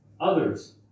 others